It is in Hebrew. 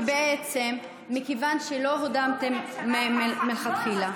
שבעצם מכיוון שלא הודעתם מלכתחילה.